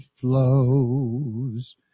flows